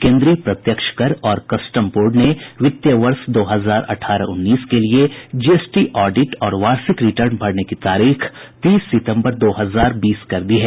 केन्द्रीय प्रत्यक्ष कर और कस्टम बोर्ड ने वित्त वर्ष दो हजार अठारह उन्नीस के लिए जीएसटी ऑडिट और वार्षिक रिर्टन भरने की तारीख तीस सितम्बर दो हजार बीस कर दी है